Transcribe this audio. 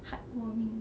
heart warming